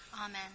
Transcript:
Amen